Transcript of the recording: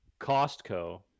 Costco